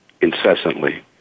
incessantly